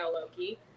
Loki